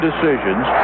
Decisions